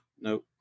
No